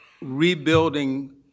rebuilding